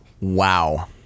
Wow